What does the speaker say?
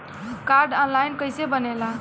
Card online कइसे बनेला?